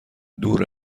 دور